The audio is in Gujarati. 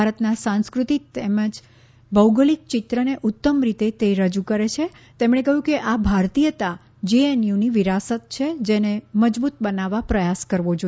ભારતના સાંસ્કૃતિક તેમજ ભૌગોલિક ચિત્રને ઉત્તમ રીતે તે રજૂ કરે છે તેમણે કહ્યું કે આ ભારતીયતા જેએનયુની વિરાસત છે જેને મજબૂત બનાવવા પ્રયાસ કરવો જોઇએ